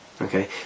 Okay